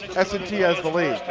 s and t has the led.